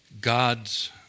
God's